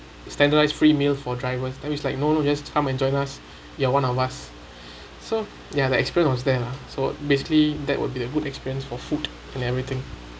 standardised free meal for drivers then we was like no no you just come and join us you are one of us so ya the experience was there lah so basically that would be the good experience for food and everything